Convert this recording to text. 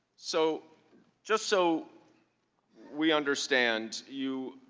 so just so we understand, you